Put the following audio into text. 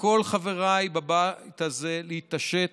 לכל חבריי בבית הזה, להתעשת,